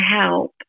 help